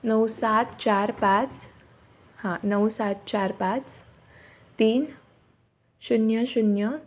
नऊ सात चार पाच हां नऊ सात चार पाच तीन शून्य शून्य